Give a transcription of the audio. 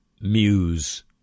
muse